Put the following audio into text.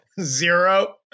Zero